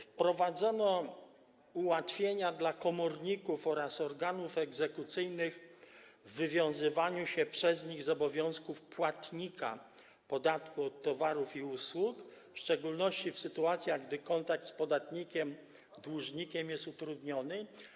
Wprowadzono ułatwienia dla komorników oraz organów egzekucyjnych w wywiązywaniu się przez nich z obowiązków płatnika podatku od towarów i usług, w szczególności w sytuacjach gdy kontakt z podatnikiem dłużnikiem jest utrudniony.